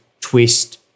twist